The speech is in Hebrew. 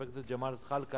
של חבר הכנסת ג'מאל זחאלקה,